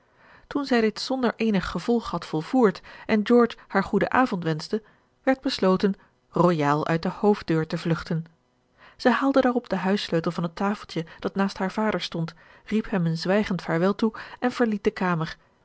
toen zij dit zonder eenig gevolg had volvoerd en george haar goeden avond wenschte werd besloten royaal uit de hoofddeur te vlugten zij haalde daarop den huissleutel van het tafeltje dat naast haren vader stond riep hem een zwijgend vaarwel toe en verliet de kamer